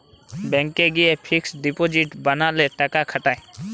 ব্যাংকে গিয়ে fixed deposit বানালে টাকা খাটায়